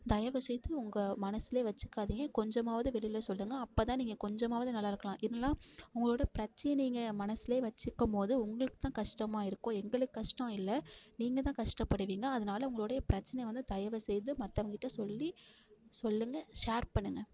தயவு செய்து உங்கள் மனசுலேயே வச்சுக்காதிங்க கொஞ்சமாவது வெளியில் சொல்லுங்கள் அப்போதான் நீங்கள் கொஞ்சமாவது நல்லா இருக்கலாம் இல்லைனா உங்களோட பிரச்சனைங்க மனசுலேயே வச்சிக்கும்போது உங்களுக்குத்தான் கஷ்டமாக இருக்கும் எங்களுக்கு கஷ்டம் இல்லை நீங்கள் தான் கஷ்டப்படுவீங்க அதனால் உங்களுடைய பிரச்சனைய வந்து தயவு செய்து மற்றவங்ககிட்ட சொல்லி சொல்லுங்கள் ஷேர் பண்ணுங்கள்